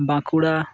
Bankura